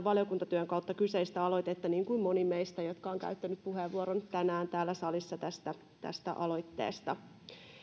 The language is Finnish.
valiokuntatyön kautta kyseistä aloitetta niin kuin moni meistä jotka olemme käyttäneet puheenvuoron tänään täällä salissa tästä tästä aloitteesta